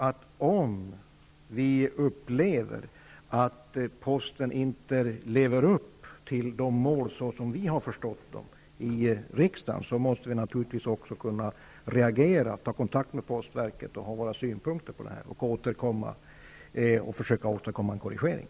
Men om vi upplever att posten inte lever upp till målen, såsom vi har förstått dem i riksdagen, måste vi naturligtvis kunna reagera, ta kontakt med postverket, ge våra synpunkter och försöka åstadkomma en korrigering.